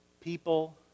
people